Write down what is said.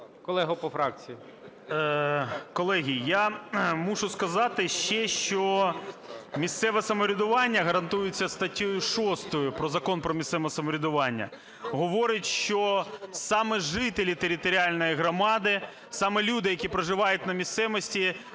Колеги, я мушу сказати ще, що місцеве самоврядування гарантується статтею 6 Закону про місцеве самоврядування, говорить, що саме жителі територіальної громади, саме люди, які проживають на місцевості,